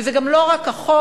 וזה גם לא רק החוק.